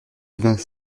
vingt